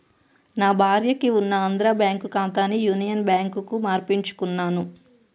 నా భార్యకి ఉన్న ఆంధ్రా బ్యేంకు ఖాతాని యునియన్ బ్యాంకుకు మార్పించుకున్నాను